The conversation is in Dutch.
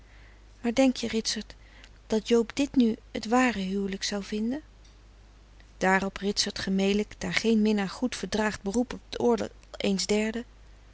maar denk je ritsert dat joob dit nu het ware huwelijk zou vinden daarop ritsert gemelijk daar geen minnaar goed verdraagt beroep op t oordeel eens derden